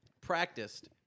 practiced